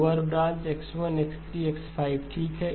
lower ब्रांचX1 X3X5 ठीक है